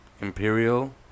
Imperial